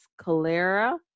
cholera